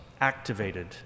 activated